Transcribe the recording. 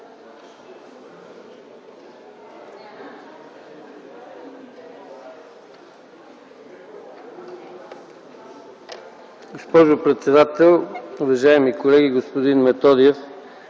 госпожо председател, уважаеми колеги, господин министър,